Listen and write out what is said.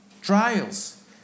trials